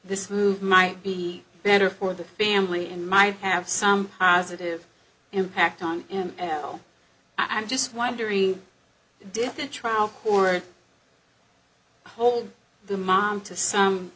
this move might be better for the family and might have some positive impact on and i'm just wondering did the trial court hold the mom to some